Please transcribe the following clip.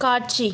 காட்சி